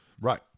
Right